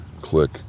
click